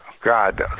God